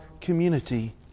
community